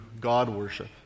God-worship